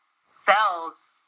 cells